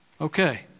Okay